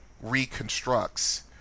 reconstructs